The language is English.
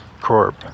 corp